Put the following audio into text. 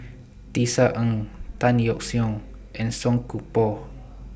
Tisa Ng Tan Yeok Seong and Song Koon Poh